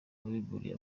wabimburiye